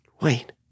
Wait